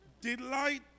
delight